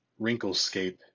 wrinklescape